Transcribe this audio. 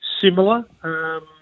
similar